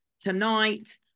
tonight